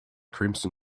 crimson